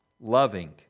loving